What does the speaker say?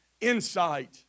insight